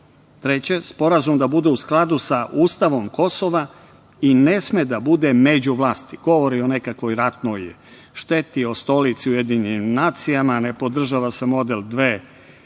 3) Sporazum da bude u skladu sa „ustavom“ Kosova i ne sme da bude međuvlasti. Govori o nekakvoj ratnoj šteti, o stolici u UN, ne podržava se model